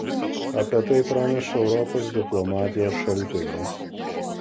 apie tai praneša europos diplomatijos šaltinis